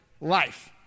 life